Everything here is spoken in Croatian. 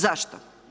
Zašto?